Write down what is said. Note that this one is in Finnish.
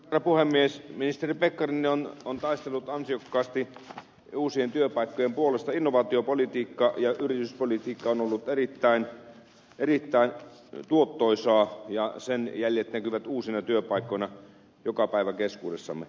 apua mies ministeri pekkarinen on taistelut on tiukasti uusien työpaikkojen puolesta innovaatiopolitiikkaa ja yrityspolitiikka on ollut erittäin erittäin tuottoisaa ja sen jäljet näkyvät uusina työpaikkoina joka päivä keskuudessamme